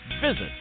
Visit